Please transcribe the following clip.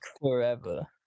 forever